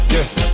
Yes